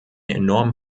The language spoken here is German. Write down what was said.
enormen